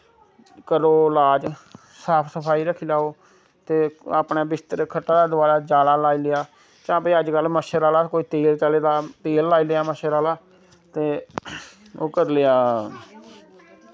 करो लाज़ साफ सफाई रक्खी लैओ ते अपनै बिसतरै खट्टै दै दोआलै जाला लाई लेआ जां भाई अजकल मच्छर आह्ला कोई तेल चले दा तेल लाई लेआ मच्छर आह्ला ते ओह् करी लेआ